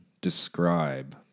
describe